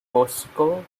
costco